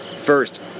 First